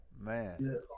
man